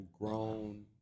grown